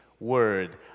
word